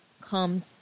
comes